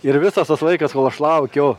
ir visas tas laikas kol aš laukiu